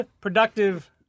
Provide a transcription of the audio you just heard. productive